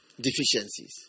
deficiencies